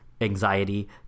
anxiety